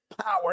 power